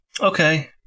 Okay